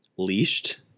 leashed